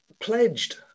pledged